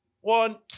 one